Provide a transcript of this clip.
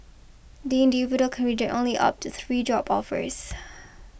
the individual can reject only up to three job offers